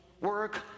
work